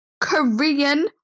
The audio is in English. Korean